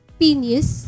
penis